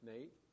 Nate